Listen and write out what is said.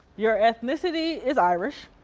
your ethnicity is irish,